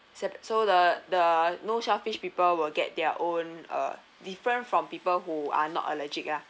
sep~ so the the no selfish people will get their own uh different from people who are not allergic ah